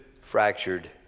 fractured